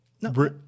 No